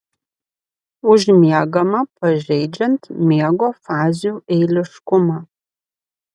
užmiegama pažeidžiant miego fazių eiliškumą